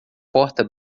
porta